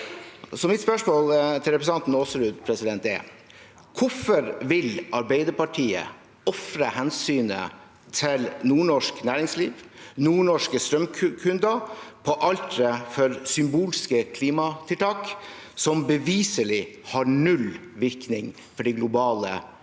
Mitt spørsmål til representanten Aasrud er: Hvorfor vil Arbeiderpartiet ofre hensynet til nordnorsk næringsliv og nordnorske strømkunder på alteret for symbolske klimatiltak, som beviselig har null virkning på de globale klimautslippene?